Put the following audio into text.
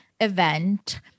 event